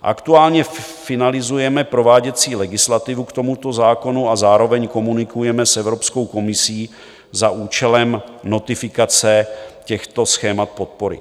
Aktuálně finalizujeme prováděcí legislativu k tomuto zákonu a zároveň komunikujeme s Evropskou komisí za účelem notifikace těchto schémat podpory.